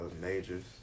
majors